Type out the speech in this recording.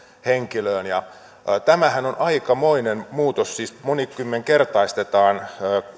henkilöön tämähän on aikamoinen muutos siis monikymmenkertaistetaan